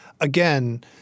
again